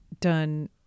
done